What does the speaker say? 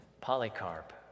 Polycarp